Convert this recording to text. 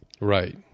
Right